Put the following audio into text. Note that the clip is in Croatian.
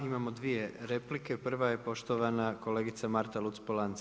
Imamo dvije replike, prva je poštovana kolegica Marta Luc-Polanc.